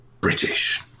British